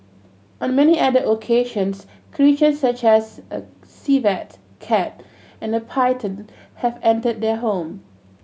on many other occasions creatures such as a civet cat and a pattern have entered their home